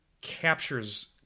captures